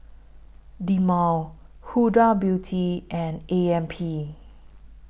Dilmah Huda Beauty and A M P